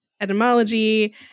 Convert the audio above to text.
etymology